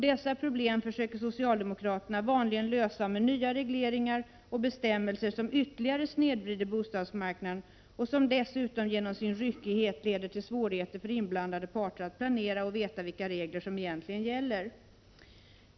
Dessa problem försöker socialdemokraterna vanligen lösa med nya regleringar och bestämmelser, som ytterligare snedvrider bostadsmarknaden och som dessutom genom sin ryckighet leder till svårigheter för inblandade parter att planera och veta vilka regler som egentligen gäller.